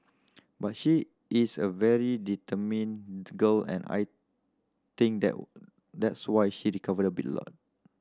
but she is a very determined girl and I think that that's why she recovered be lot